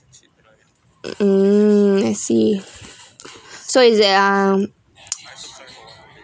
mm I see so it's that um